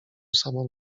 samo